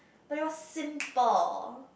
but it was simple